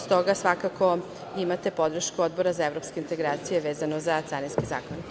Stoga svakako imate podršku Odbora za evropske integracije vezano za carinske zakone.